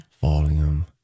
Volume